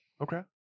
Okay